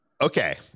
Okay